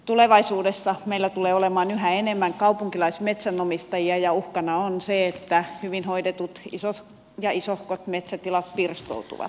tulevaisuudessa meillä tulee olemaan yhä enemmän kaupunkilaismetsänomistajia ja uhkana on se että hyvin hoidetut isot ja isohkot metsätilat pirstoutuvat